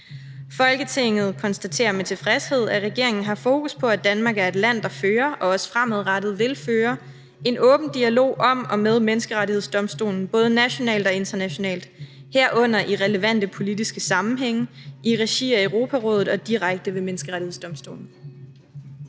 Folketinget konstaterer med tilfredshed, at regeringen har fokus på, at Danmark er et land, der fører – og også fremadrettet vil føre – en åben dialog om og med Menneskerettighedsdomstolen, både nationalt og internationalt, herunder i relevante politiske sammenhænge, i regi af Europarådet og direkte ved Menneskerettighedsdomstolen.«